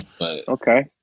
Okay